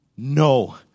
No